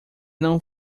não